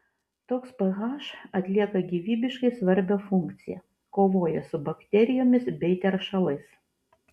toks ph atlieka gyvybiškai svarbią funkciją kovoja su bakterijomis bei teršalais